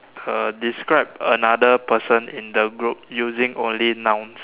uh describe another person in the group using only nouns